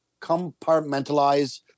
compartmentalize